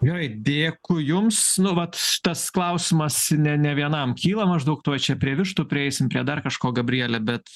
gerai dėkui jums nu vat tas klausimas ne ne vienam kyla maždaug tuoj čia prie vištų prieisim prie dar kažko gabriele bet